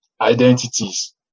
identities